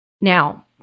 Now